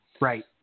Right